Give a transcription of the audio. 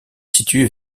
situe